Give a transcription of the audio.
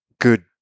good